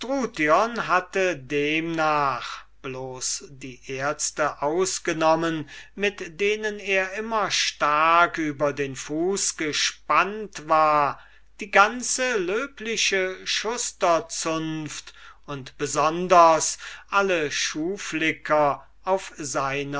hatte demnach bloß die ärzte ausgenommen mit denen er immer stark über'n fuß gespannt war die ganze löbliche schusterzunft und besonders alle schuhflicker auf seiner